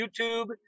YouTube